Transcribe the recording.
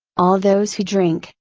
all those who drink,